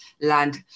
land